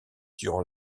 durant